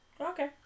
Okay